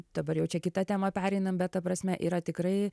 dabar jau čia kitą temą pereinam bet ta prasme yra tikrai